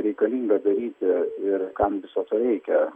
reikalinga daryti ir kam viso to reikia